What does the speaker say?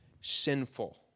sinful